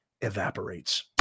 evaporates